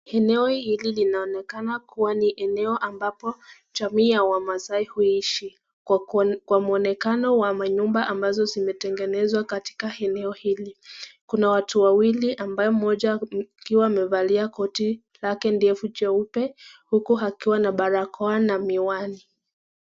Eneo hili linaonekana eneo ambapo jamii ya wamaasai huiishi. Kwa muonekano wa manyumba ambazo zimetengenezwa katika eneo hili. Kuna watu wawili ambaye mmoja akiwa amevalia koti lake ndefu jeupe huku akiwa na barakoa na miwani.